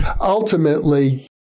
ultimately